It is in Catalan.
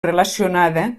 relacionada